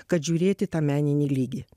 kad žiūrėt į tą meninį lygį